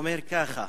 הוא אומר ככה: